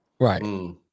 Right